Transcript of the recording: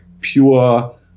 pure